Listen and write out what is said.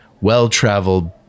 well-traveled